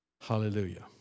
Hallelujah